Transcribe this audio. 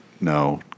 No